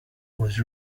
was